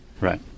Right